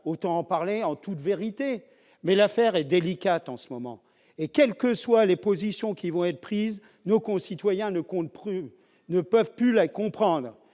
autant en parler en toute vérité ! Cependant, l'affaire est délicate en ce moment. Quelles que soient les positions qui vont être prises, nos concitoyens ne peuvent plus les comprendre,